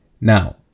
Now